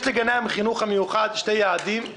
יש לגני החינוך המיוחד שתי יעדים,